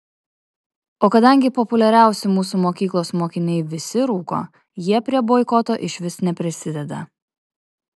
o kadangi populiariausi mūsų mokyklos mokiniai visi rūko jie prie boikoto išvis neprisideda